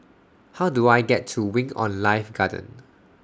How Do I get to Wing on Life Garden